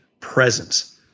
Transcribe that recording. presence